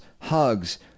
hugs